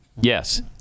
Yes